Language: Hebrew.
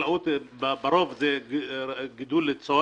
כאשר הרוב זה גידול צאן